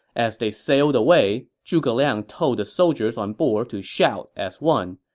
as they sailed away, zhuge liang told the soldiers on board to shout as one,